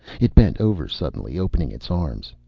it bent over suddenly, opening its arms.